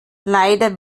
leider